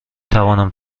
توانم